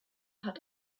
hat